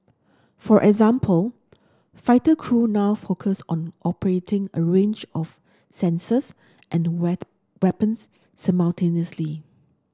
for example fighter crew now focus on operating a range of sensors and red weapons simultaneously